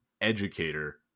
educator